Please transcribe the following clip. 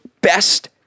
best